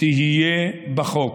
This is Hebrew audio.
תהיה בחוק".